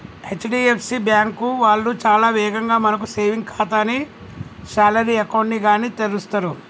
HDFC bank వాళ్ళు చాలా వేగంగా మనకు సేవింగ్స్ ఖాతాని గానీ శాలరీ అకౌంట్ ని గానీ తెరుస్తరు